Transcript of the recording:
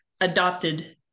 adopted